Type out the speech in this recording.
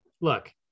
Look